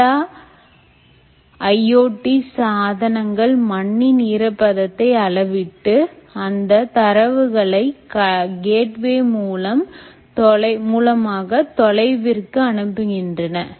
எல்லா IoT சாதனங்கள் மண்ணின் ஈரப்பதத்தை அளவிட்டு அந்தத் தரவுகளை கேட்வே மூலமாக தொலைவிற்கு அனுப்புகின்றன